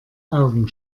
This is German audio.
augen